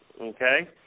Okay